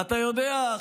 אתה יודע,